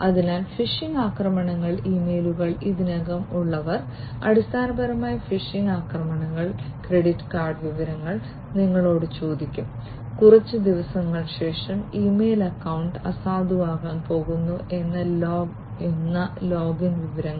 അതിനാൽ ഫിഷിംഗ് ആക്രമണങ്ങൾ ഇമെയിലുകളിൽ ഇതിനകം ഉള്ളവർ അടിസ്ഥാനപരമായി ഫിഷിംഗ് ആക്രമണങ്ങൾ ക്രെഡിറ്റ് കാർഡ് വിവരങ്ങൾ നിങ്ങളോട് ചോദിക്കും കുറച്ച് ദിവസങ്ങൾക്ക് ശേഷം ഇമെയിൽ അക്കൌണ്ട് അസാധുവാകാൻ പോകുന്നു എന്ന ലോഗിൻ വിവരങ്ങൾ